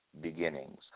beginnings